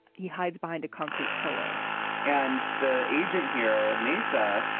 he hides behind a concrete pillar and the agent here, mesa,